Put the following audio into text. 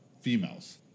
females